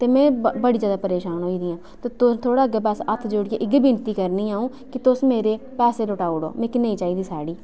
ते में बड़ी जादा परेशान होई दी आं ते थुआढे अग्गें बस हत्थ जोडियै इ'यै विनती करनी अ'ऊं कि तुस मेरे पैसे परताऊड़ो मिकी नेईं चाही दी साह्ड़ी